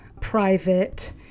private